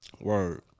Word